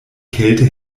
kälte